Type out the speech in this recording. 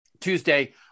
Tuesday